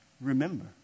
remember